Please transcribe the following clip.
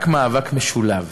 רק מאבק משולב,